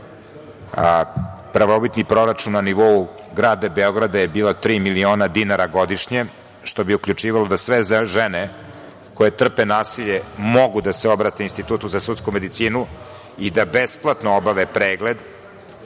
prvobitni proračun na nivou grada Beograda je bio tri miliona dinara godišnje, što bi uključivalo da sve žene koje trpe nasilje mogu da se obrate Institutu za sudsku medicinu i da besplatno obave pregled